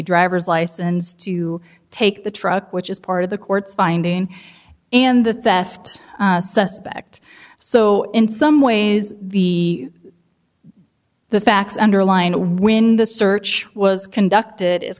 driver's license to take the truck which is part of the court's finding and the theft suspect so in some ways the the facts underlined when the search was conducted